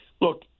look